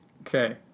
Okay